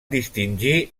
distingir